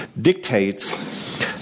dictates